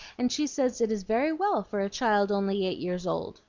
and she says it is very well for a child only eight years old.